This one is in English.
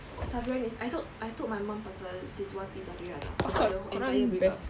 safirah needs I told I told my mum about situasi safirah [tau] about the entire break up